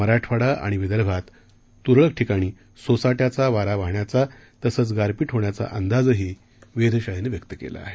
मराठवाडा आणि विदर्भात तुरळक ठिकाणी सोसाट्याचा वारा वाहण्याचा तसंच गारपीट होण्याचा अंदाजही वेधशाळेनं व्यक्त केला आहे